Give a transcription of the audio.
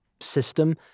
system